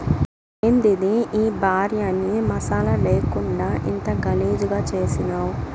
యాందిది ఈ భార్యని మసాలా లేకుండా ఇంత గలీజుగా చేసినావ్